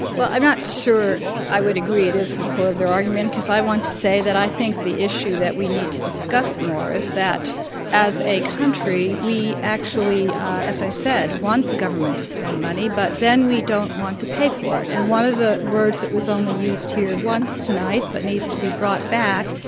well, i'm not sure i would agree it is the core of their argument, because i want to say that i think the issue that we need to discuss more is that as a country, we actually, ah as i said, want the government to spend money. but then we don't want to pay for it. and one of the words that was only used here once tonight, but needs to be brought back,